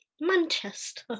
Manchester